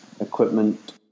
equipment